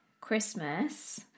Christmas